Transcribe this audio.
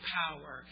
power